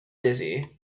dizzy